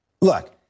look